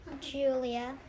Julia